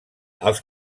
els